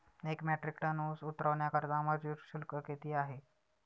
एक metric ton ऊस उतरवण्याकरता मजूर शुल्क किती आहे?